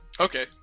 Okay